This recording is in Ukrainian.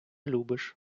любиш